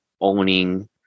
owning